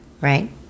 right